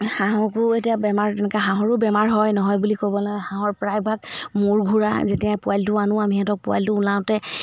হাঁহকো এতিয়া বেমাৰ তেনেকৈ হাঁহৰো বেমাৰ হয় নহয় বুলি ক'বলৈ হাঁহৰ প্ৰায়ভাগ মূৰ ঘূৰা যেতিয়া পোৱালিটো আনো আমি সিহঁতক পোৱালিটো ওলাওঁতে